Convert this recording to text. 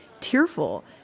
tearful